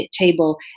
table